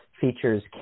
features